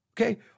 okay